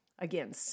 Again